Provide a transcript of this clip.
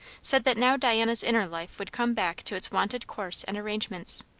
said that now diana's inner life would come back to its wonted course and arrangements.